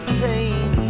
pain